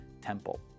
temple